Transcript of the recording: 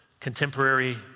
contemporary